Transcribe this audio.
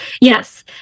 Yes